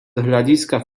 hľadiska